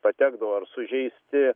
patekdavo ar sužeisti